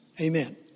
Amen